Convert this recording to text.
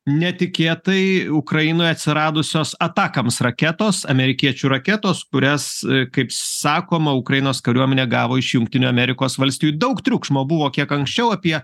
netikėtai ukrainoje atsiradusios atacms raketos amerikiečių raketos kurias kaip sakoma ukrainos kariuomenė gavo iš jungtinių amerikos valstijų daug triukšmo buvo kiek anksčiau apie